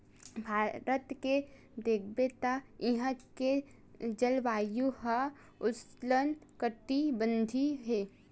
भारत के देखबे त इहां के जलवायु ह उस्नकटिबंधीय हे